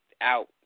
out